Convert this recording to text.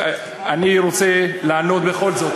אני רוצה לענות בכל זאת.